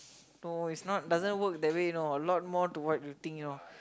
no it's not doesn't work that way you know a lot more to what you think you know